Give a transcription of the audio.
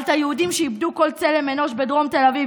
אבל היהודים שאיבדו כל צלם אנוש בדרום תל אביב,